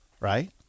right